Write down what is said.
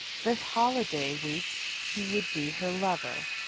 the holiday week he would be her lover.